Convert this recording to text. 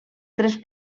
tres